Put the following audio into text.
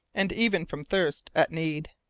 and even from thirst, at need.